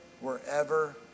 wherever